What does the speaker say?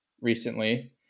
recently